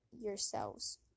yourselves